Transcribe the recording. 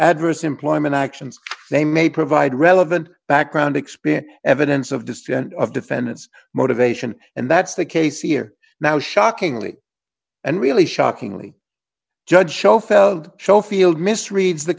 adverse employment actions they may provide relevant background experience evidence of distant of defendant's motivation and that's the case here now shockingly and really shockingly judge show feld show field misreads the